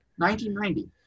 1990